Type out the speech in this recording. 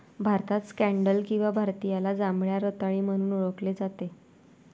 भारतात स्कँडल किंवा भारतीयाला जांभळ्या रताळी म्हणून ओळखले जाते